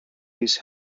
his